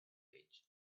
age